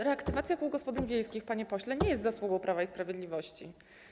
Reaktywacja kół gospodyń wiejskich, panie pośle, nie jest zasługą Prawa i Sprawiedliwości.